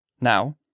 Now